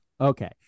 Okay